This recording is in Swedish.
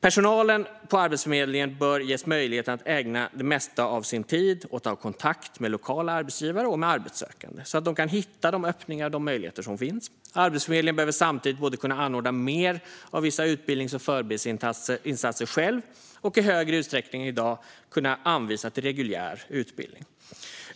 Personalen på Arbetsförmedlingen bör ges möjlighet att ägna det mesta av sin tid åt att ta kontakt med lokala arbetsgivare och arbetssökande, så att de kan hitta de öppningar och möjligheter som finns. Arbetsförmedlingen behöver samtidigt anordna mer av vissa utbildnings och förberedelseinsatser och i större utsträckning än i dag kunna anvisa till reguljär utbildning.